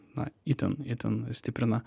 na itin itin stiprina